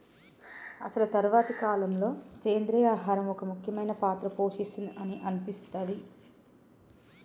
అసలు తరువాతి కాలంలో, సెంద్రీయ ఆహారం ఒక ముఖ్యమైన పాత్ర పోషిస్తుంది అని అనిపిస్తది